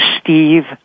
steve